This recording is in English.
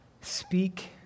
speak